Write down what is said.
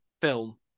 film